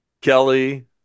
Kelly